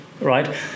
right